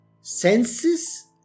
senses